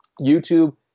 YouTube